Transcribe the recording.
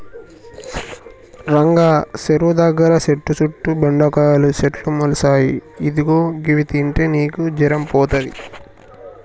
రంగా సెరువు దగ్గర సెట్టు సుట్టు బెండకాయల సెట్లు మొలిసాయి ఇదిగో గివి తింటే నీకు జరం పోతది